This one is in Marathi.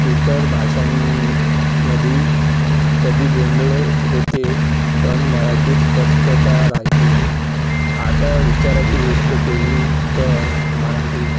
इतर भाषांमध्ये कधी गोंंधळ होते पण मराठीत स्पष्टता राहते आता उच्चाराची गोष्ट केली तर मराठीत